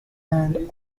and